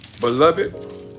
Beloved